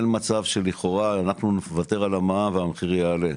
אין מצב שלכאורה אנחנו נוותר על המע"מ והמחיר יעלה,